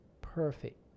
perfect